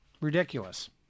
Ridiculous